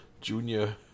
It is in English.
Junior